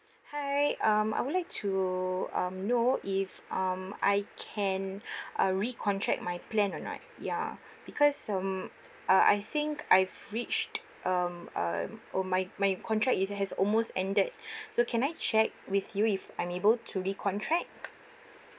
hi um I would like to um know if um I can uh recontract my plan or not ya because um I I think I've reached um um oh my my contract it has almost ended so can I check with you if I'm able to recontract